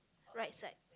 right side